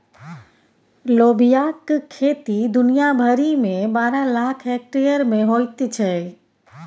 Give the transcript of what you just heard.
लोबियाक खेती दुनिया भरिमे बारह लाख हेक्टेयर मे होइत छै